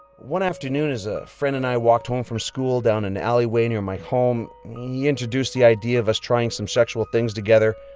one afternoon as a friend and i walked home from school down an alleyway near my home he introduced the idea of us trying some sexual things together.